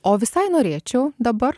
o visai norėčiau dabar